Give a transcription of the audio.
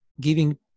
giving